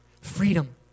freedom